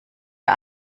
der